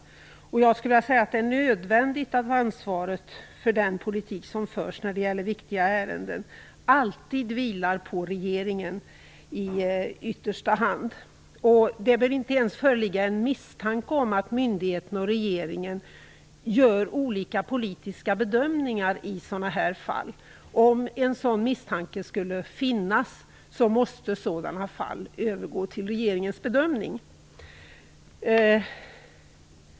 Jag skulle vilja säga att det är nödvändigt att ansvaret för den politik som förs när det gäller viktiga ärenden alltid vilar på regeringen i yttersta hand. Det bör inte ens föreligga en misstanke om att myndigheten och regeringen gör olika politiska bedömningar i sådana här fall. Om en sådan misstanke skulle finnas måste sådana fall övergå till regeringens bedömning.